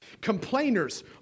Complainers